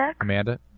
Amanda